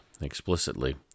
explicitly